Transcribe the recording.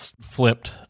flipped